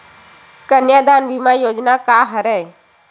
कन्यादान बीमा योजना का हरय?